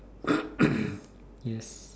yes